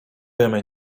wiemy